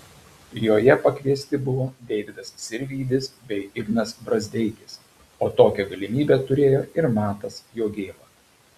joje pakviesti buvo deividas sirvydis bei ignas brazdeikis o tokią galimybę turėjo ir matas jogėla